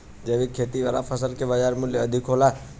जैविक खेती वाला फसल के बाजार मूल्य अधिक होला